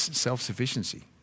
self-sufficiency